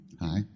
Hi